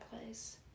place